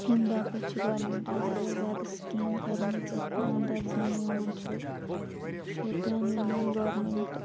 اَمہِ باپتھ چھِ گورمِنٛٹَن واریاہ زیادٕ سِکیٖم کَرِمٕژ یَتھ انٛدَر زَن یِوان چھِ شوپین یوٗنِیَن گورمٮ۪نٛٹہٕ